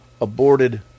aborted